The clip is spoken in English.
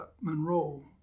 Monroe